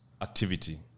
activity